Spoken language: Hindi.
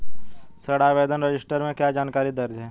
ऋण आवेदन रजिस्टर में क्या जानकारी दर्ज है?